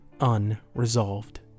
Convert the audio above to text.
unresolved